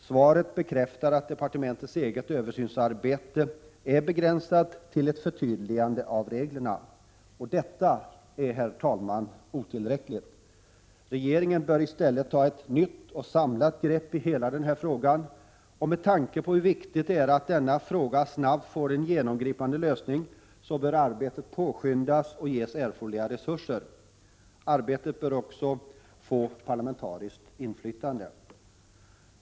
Svaret bekräftar att departementets eget översynsarbete är begränsat till ett förtydligande av reglerna. Detta är, herr talman, otillräckligt! Regeringen bör i stället ta ett nytt och samlat grepp i hela den här frågan. Med tanke på hur viktigt det är att denna fråga snabbt får en genomgripande lösning bör arbetet påskyndas och ges erforderliga resurser. Arbetet bör också tillföras ett parlamentariskt inflytande.